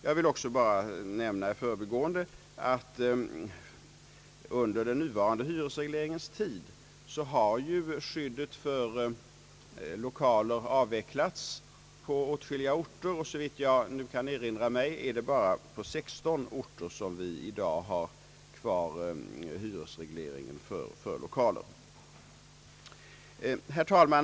Jag vill i förbigående nämna att under den nuvarande hyresregleringens tid har skyddet för lokaler avvecklats på åtskilliga orter. Såvitt jag kan erinra mig är det bara på sexton orter som vi har kvar hyresregleringen för lokaler. Herr talman!